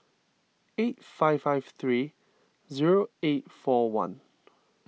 eight five five three zero eight four one